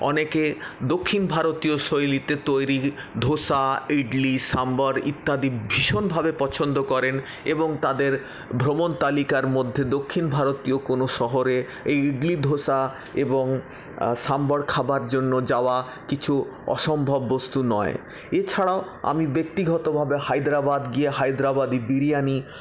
অনেকে দক্ষিণভারতীয় শৈলীতে তৈরি ধোসা ইদলি সম্বর ইত্যাদি ভীষণভাবে পছন্দ করেন এবং তাদের ভ্রমণ তালিকার মধ্যে দক্ষিণভারতীয় কোনো শহরের এই ইদলি ধোসা এবং সম্বর খাবার জন্য যাওয়া কিছু অসম্ভব বস্তু নয় এছাড়াও আমি ব্যক্তিগতভাবে হায়দ্রাবাদ গিয়ে হায়দ্রাবাদি বিরিয়ানি